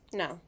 no